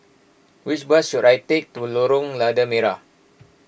which bus should I take to Lorong Lada Merah